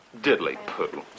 Diddly-poo